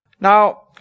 Now